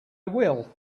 will